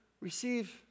receive